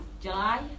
July